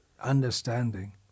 understanding